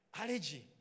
Allergy